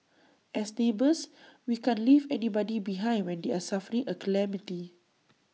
as neighbours we can't leave anybody behind when they're suffering A calamity